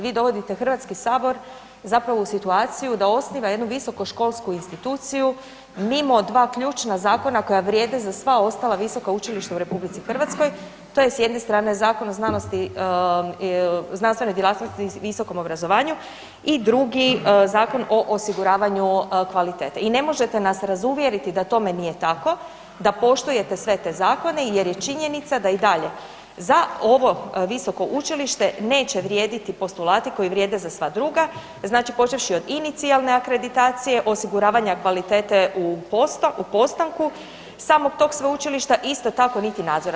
Vi dovodite HS zapravo u situaciju da osniva jednu visokoškolsku instituciju mimo dva ključna zakona koja vrijede za sva ostala visoka učilišta u RH, to je s jedne strane Zakon o znanstvenoj djelatnosti i visokom obrazovanju i drugi Zakon o osiguravanju kvalitete i ne možete nas razuvjeriti da tome nije tako, da poštujete sve te zakone jer je činjenica da i dalje za ovo visoko učilište neće vrijediti postulati koji vrijede za sva druga, znači počevši od inicijalne akreditacije osiguravanje kvalitete u postanku samog tog sveučilišta, isto tako niti nadzora.